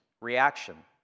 reaction